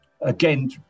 again